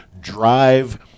drive